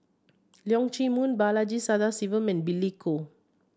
Leong Chee Mun Balaji Sadasivan and Billy Koh